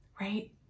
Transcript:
right